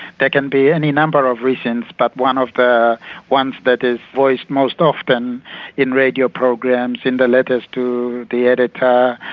can be any number of reasons, but one of the ones that is voiced most often in radio programs, in the letters to the editor,